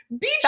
Beach